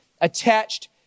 attached